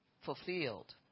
fulfilled